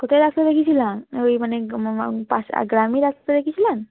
কোথায় ডাক্তার দেখিয়েছিলাম ওই মানে পাশা গ্রামে ডাক্তার দেখিয়েছিলেন